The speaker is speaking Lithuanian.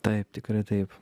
taip tikrai taip